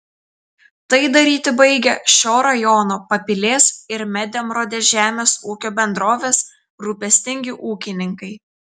tai daryti baigia šio rajono papilės ir medemrodės žemės ūkio bendrovės rūpestingi ūkininkai